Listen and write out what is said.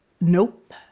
Nope